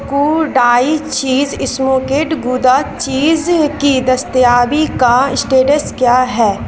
Kodai cheese smoked Gouda cheese کی دستیابی کا سٹیٹس کیا ہے